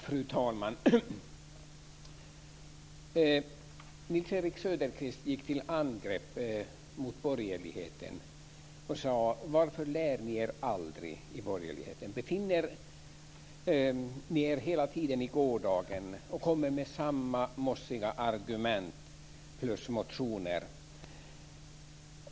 Fru talman! Nils-Erik Söderqvist gick till angrepp mot borgerligheten. Han frågade: Varför lär ni er aldrig? Befinner ni er hela tiden i gårdagen? Ni kommer med samma mossiga argument och samma mossiga motioner.